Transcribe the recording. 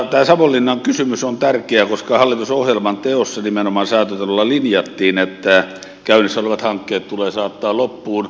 tämä savonlinnan kysymys on tärkeä koska hallitusohjelman teossa säätytalolla nimenomaan linjattiin että käynnissä olevat hankkeet tulee saattaa loppuun